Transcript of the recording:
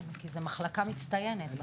כי זו מחלקה מצטיינת.